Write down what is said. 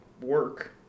work